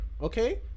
okay